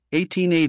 1880